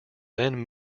then